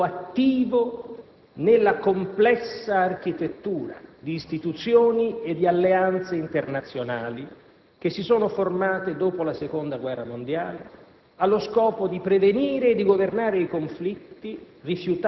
la scelta di fare dell'Italia un soggetto attivo nella complessa architettura di istituzioni e di alleanze internazionali che si sono formate dopo la Seconda guerra mondiale